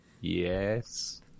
Yes